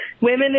women